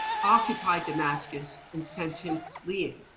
occupied damascus, and sent him fleeing.